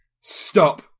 stop